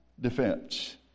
defense